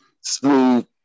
smooth